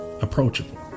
approachable